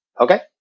okay